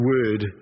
Word